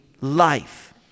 life